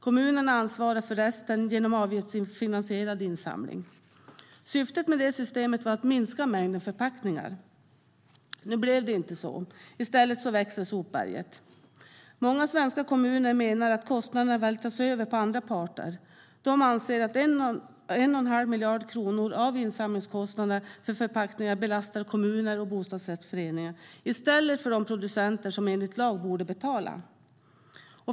Kommunerna ansvarar för resten genom avgiftsfinansierad insamling. Syftet med det systemet var att minska mängden förpackningar. Nu blev det inte så. I stället växer sopberget. Många svenska kommuner menar att kostnaderna vältras över på andra parter. De anser att 1 1⁄2 miljard kronor av insamlingskostnaden för förpackningar belastar kommuner och bostadsrättsföreningar i stället för de producenter som enligt lag borde betala.